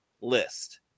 list